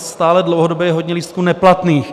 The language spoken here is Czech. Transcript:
Stále je dlouhodobě hodně lístků neplatných.